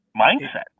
mindset